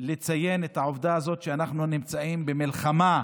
לציין את העובדה הזאת שאנחנו נמצאים במלחמה,